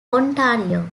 ontario